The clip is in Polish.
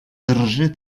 drży